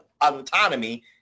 autonomy